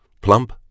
plump